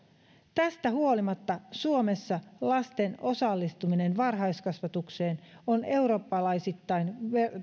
tästä huolimatta suomessa lasten osallistuminen varhaiskasvatukseen on eurooppalaisittain